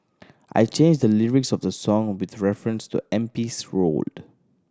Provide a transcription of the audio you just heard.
I changed the lyrics of the song with reference to M P's road